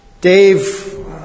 Dave